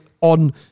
on